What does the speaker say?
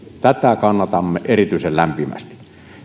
tätä kannatamme erityisen lämpimästi